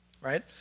right